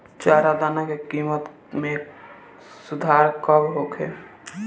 चारा दाना के किमत में सुधार कब होखे?